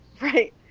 right